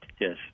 Yes